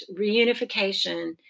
reunification